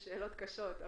יש שאלות קשות.